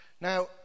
Now